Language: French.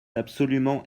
absolument